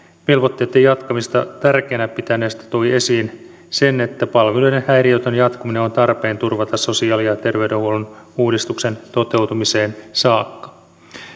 velvoitteitten jatkamista tärkeänä pitäneistä toi esiin sen että palveluiden häiriötön jatkuminen on tarpeen turvata sosiaali ja terveydenhuollon uudistuksen toteutumiseen saakka